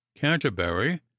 canterbury